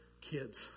kids